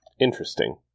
Interesting